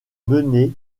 mener